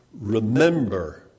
Remember